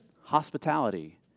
Hospitality